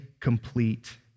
complete